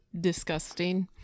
disgusting